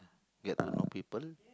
get to know people